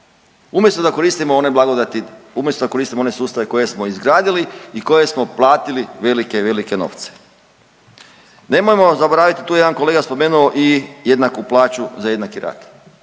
umjesto da koristimo one sustave koje smo izgradili i koje smo platili velike, velike novce. Nemojmo zaboraviti, tu je jedan kolega spomenuo i jednaku plaću za jednaki rad.